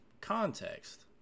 context